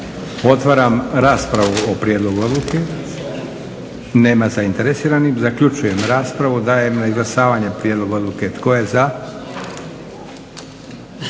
Otvaram raspravu o prijedlogu odluke. Nema zainteresiranih. Zaključujem raspravu. Dajem na izglasavanje prijedlog odluke. Tko je za?